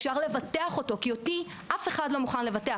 אפשר לבטח אותו כי אותי אף אחד לא מוכן לבטח,